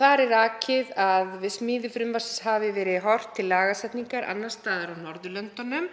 Þar er rakið að við smíði frumvarpsins hafi verið horft til lagasetningar annars staðar á Norðurlöndunum